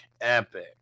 epic